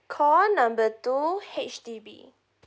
call number two H_D_B